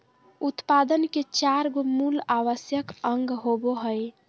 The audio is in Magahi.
उत्पादन के चार गो मूल आवश्यक अंग होबो हइ